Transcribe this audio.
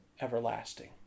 everlasting